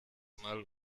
mal